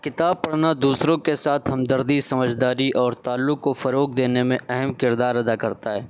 کتاب پڑھنا دوسروں کے ساتھ ہمدردی سمجھداری اور تعلق کو فروغ دینے میں اہم کردار ادا کرتا ہے